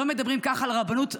לא מדברים ככה על הרבנות הראשית,